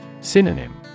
Synonym